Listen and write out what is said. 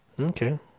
Okay